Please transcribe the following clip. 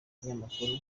ikinyamakuru